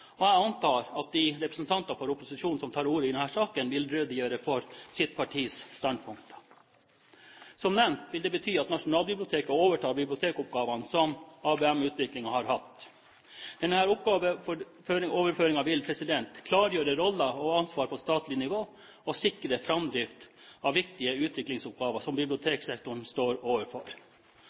regjeringspartiene. Jeg antar at de representantene for opposisjonen som tar ordet i denne saken, vil redegjøre for sine partiers standpunkter. Som nevnt vil dette bety at Nasjonalbiblioteket overtar bibliotekoppgavene som ABM-utvikling har hatt. Denne oppgaveoverføringen vil klargjøre roller og ansvar på statlig nivå og sikre framdrift av viktige utviklingsoppgaver som biblioteksektoren står overfor.